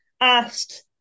asked